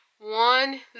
one